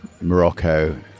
Morocco